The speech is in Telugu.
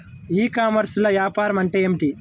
ఈ కామర్స్లో వ్యాపారం అంటే ఏమిటి?